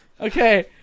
Okay